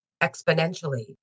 exponentially